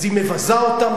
אז היא מבזה אותם,